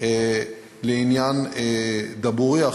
לעניין דבורייה,